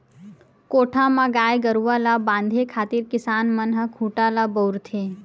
कोठा म गाय गरुवा ल बांधे खातिर किसान मन ह खूटा ल बउरथे